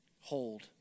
hold